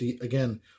Again